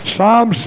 Psalm